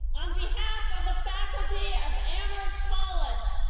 on behalf of the faculty of amherst college,